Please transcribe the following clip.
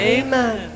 amen